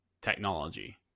technology